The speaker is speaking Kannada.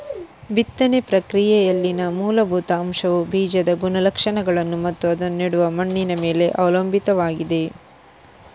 ಬಿತ್ತನೆ ಪ್ರಕ್ರಿಯೆಯಲ್ಲಿನ ಮೂಲಭೂತ ಅಂಶವುಬೀಜದ ಗುಣಲಕ್ಷಣಗಳನ್ನು ಮತ್ತು ಅದನ್ನು ನೆಡುವ ಮಣ್ಣಿನ ಮೇಲೆ ಅವಲಂಬಿತವಾಗಿದೆ